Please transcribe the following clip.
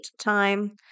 time